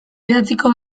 idatziko